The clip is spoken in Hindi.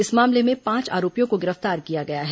इस मामले में पांच आरोपियों को गिरफ्तार किया गया है